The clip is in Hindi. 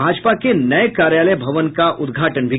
भाजपा के नये कार्यालय भवन का भी उद्घाटन किया